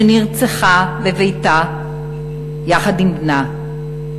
שנרצחה בביתה יחד עם בנה.